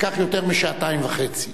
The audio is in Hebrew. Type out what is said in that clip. לקח יותר משעתיים וחצי.